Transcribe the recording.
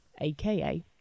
aka